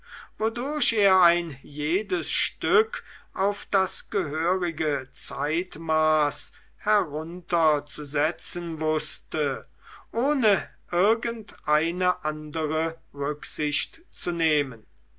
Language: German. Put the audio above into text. wodurch er ein jedes stück auf das gehörige zeitmaß herunterzusetzen wußte ohne irgendeine andere rücksicht zu nehmen